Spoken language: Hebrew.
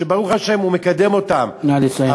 הוא מקדם אותן, נא לסיים.